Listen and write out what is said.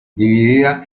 dividida